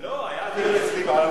לא, היה דיון אצלי בוועדה.